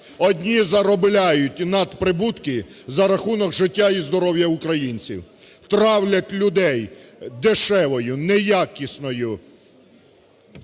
Одні заробляють надприбутки за рахунок життя і здоров'я українців. Травлять людей дешевою, неякісною